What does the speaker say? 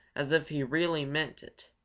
as if he really meant it.